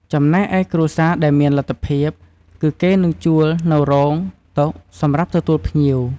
ចំណែកឯគ្រួសារដែលមានលទ្ធភាព គឺគេនឹងជួលនូវរោង តុ សម្រាប់ទទួលភ្ញៀវ។